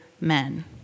men